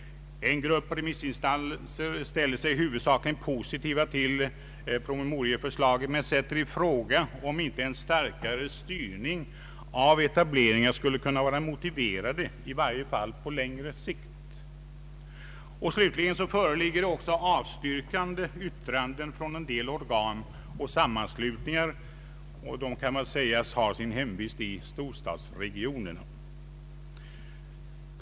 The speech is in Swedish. En grupp remissinstanser ställer sig huvudsakligen positiva till promemoriaförslaget men sätter i fråga om inte en starkare styrning av etableringar skulle kunna vara motiverad, i varje fall på längre sikt. Slutligen föreligger avstyrkande yttranden från en del organ och sammanslutningar som väl kan sägas ha sin hemvist i storstadsregionerna.